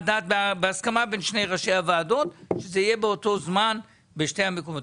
בהסכמה בין שני ראשי הוועדות שזה יהיה באותו זמן בשתי המקומות,